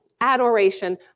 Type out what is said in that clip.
adoration